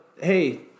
hey